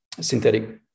synthetic